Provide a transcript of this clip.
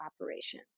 operation